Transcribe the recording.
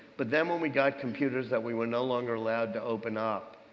but then when we got computers that we were no longer allowed to open up,